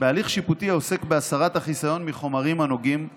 בהליך שיפוטי העוסק בהסרת החיסיון מחומרים הנוגעים לעניינו.